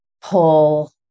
pull